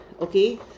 okay